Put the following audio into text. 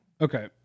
Okay